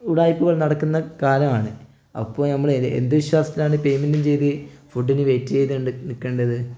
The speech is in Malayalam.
ഉഡായിപ്പുകൾ നടക്കുന്ന കാലമാണ് അപ്പോൾ ഞമ്മള് എന്ത് വിശ്വാസത്തിലാണ് പേയ്മെൻറ്റും ചെയ്തത് ഫുഡിന് വെയിറ്റ് ചെയ്തുകൊണ്ട് നിൽക്കേണ്ടത്